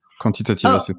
quantitative